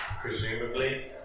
presumably